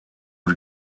die